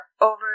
over